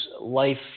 life